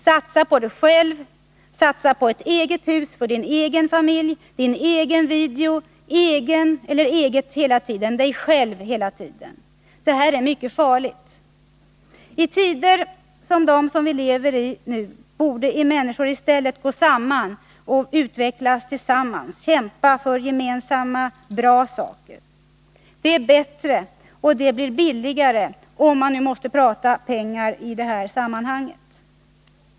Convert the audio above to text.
Satsa på dig själv, satsa på ett eget hus för din familj, en egen video — hela tiden handlar det bara om dig själv. Detta är mycket farligt. I tider som dessa borde människor i stället gå samman och utvecklas tillsammans, kämpa för gemensamma och bra saker. Det är bättre och det blir billigare, om man nu måste tala om pengar i detta sammanhang.